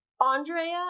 Andrea